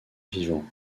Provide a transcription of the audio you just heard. vivant